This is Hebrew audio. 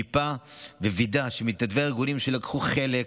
מיפה ווידא שמתנדבי הארגונים שלקחו חלק